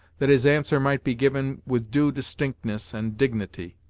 that his answer might be given with due distinctness and dignity.